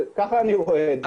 ככה אני רואה את זה.